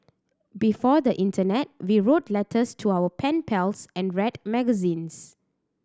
before the internet we wrote letters to our pen pals and read magazines